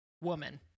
woman